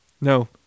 No